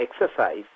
exercise